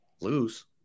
lose